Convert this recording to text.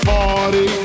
Party